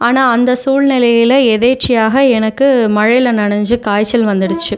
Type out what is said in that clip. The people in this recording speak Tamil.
ஆனால் அந்த சூழ்நிலைல எதேர்ச்சையாக எனக்கு மழையில் நனஞ்சு காய்ச்சல் வந்துடுச்சு